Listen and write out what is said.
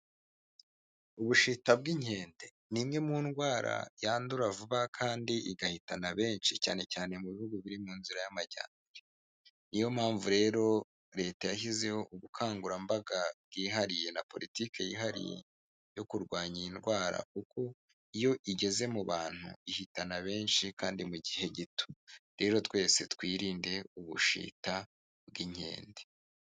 Ubushita bw'inkende, ni imwe mu ndwara yandura vuba kandi igahitana benshi cyane cyane mu bihugu biri mu nzira y'amajyambere, niyo mpamvu rero leta yashyizeho ubukangurambaga bwihariye na politike yihariye yo kurwanya iyi ndwara, kuko iyo igeze mu bantu ihitana benshi kandi mu gihe gito, rero twese twirinde ubushita bw'inkende.